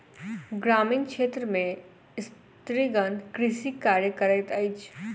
ग्रामीण क्षेत्र में स्त्रीगण कृषि कार्य करैत अछि